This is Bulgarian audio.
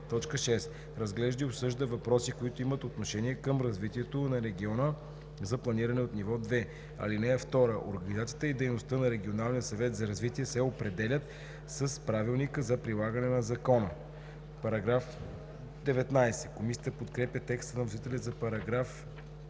2; 6. разглежда и обсъжда въпроси, които имат отношение към развитието на региона за планиране от ниво 2. (2) Организацията и дейността на регионален съвет за развитие се определят с правилника за прилагане на закона.“ Комисията подкрепя текста на вносителя за § 19.